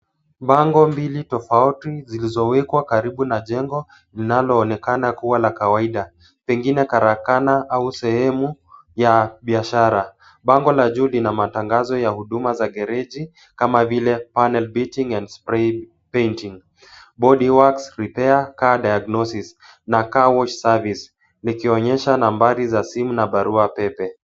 Bango mbili tofauti zilizowekwa karibu na jengo linalo onekana kuwa la kawaida. Pengine karakana au sehemu ya biashara. Bango la juu lina matangazo ya huduma za gereji kama vile panel beating and spray painting, body works and repair car diagnosis na car wash service likionyesha nambari za simu na barua pepe.